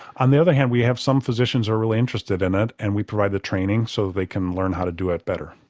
on the other hand we have some physicians who are really interested in it and we provide the training so they can learn how to do it better.